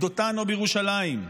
בדותן או בירושלים,